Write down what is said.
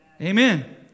Amen